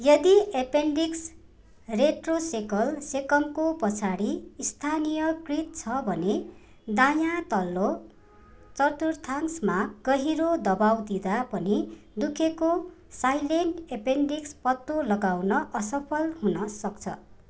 यदि appendix retrocaecal सेकमको पछाडि स्थानीयकृत छ भने दायाँ तल्लो चतुर्थान्समा गहिरो दवाब दिँदा पनि दुखेको साइलेन्ट एपेन्डिक्स पत्तो लगाउन असफल हुनसक्छ